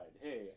Hey